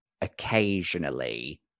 occasionally